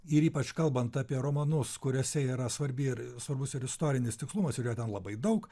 ir ypač kalbant apie romanus kuriuose yra svarbi ir svarbus ir istorinis tikslumas ir jo ten labai daug